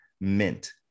Mint